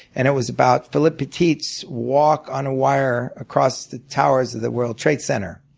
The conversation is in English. and it was about philippe petit's walk on a wire across the towers of the world trade center.